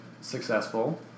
successful